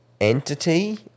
entity